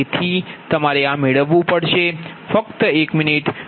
તેથી તમારે આ મેળવવું પડશે ફક્ત 1 મિનિટ